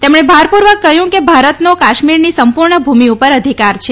તેમણે ભારપૂર્વક કહ્યું કે ભારતનો કાશ્મીરની સંપૂર્ણ ભૂમિ ઉપર અધિકાર છે